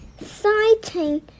exciting